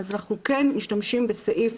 אנחנו כן משתמשים בסעיף